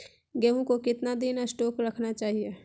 गेंहू को कितना दिन स्टोक रखना चाइए?